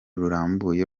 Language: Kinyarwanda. rurambuye